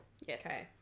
Yes